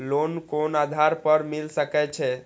Loan कोन आधार पर मिल सके छे?